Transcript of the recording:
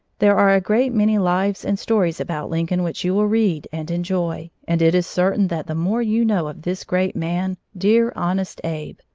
there are a great many lives and stories about lincoln which you will read and enjoy, and it is certain that the more you know of this great man, dear honest abe,